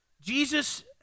Jesus